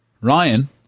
Ryan